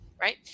right